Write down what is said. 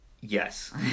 Yes